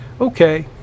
Okay